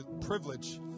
privilege